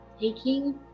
taking